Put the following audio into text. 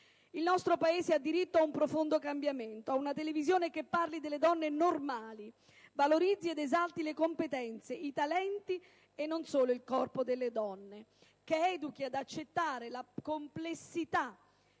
Il nostro Paese ha diritto a un profondo cambiamento, a una televisione che parli delle donne normali, valorizzi ed esalti le competenze, i talenti e non solo il corpo delle donne, che educhi ad accettare la complessità,